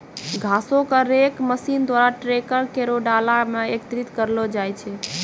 घासो क rake machine द्वारा ट्रैकर केरो डाला म एकत्रित करलो जाय छै